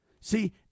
See